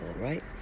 right